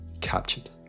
captured